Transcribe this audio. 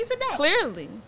Clearly